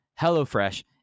HelloFresh